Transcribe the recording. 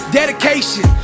dedication